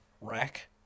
rack